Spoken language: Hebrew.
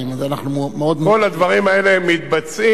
אנחנו מאוד, כל הדברים האלה מתבצעים.